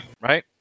right